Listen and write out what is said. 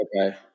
Okay